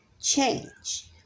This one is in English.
change